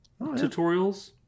tutorials